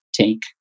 take